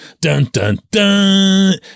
dun-dun-dun